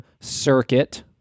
circuit